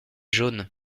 jaunes